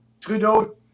Trudeau